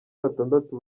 batandatu